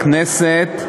הכנסת,